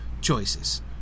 choices